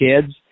kids